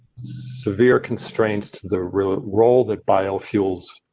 severe constraints to the real role that bio feels.